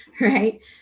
right